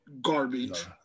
garbage